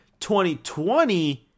2020